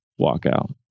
walkout